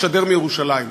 לשדר מירושלים,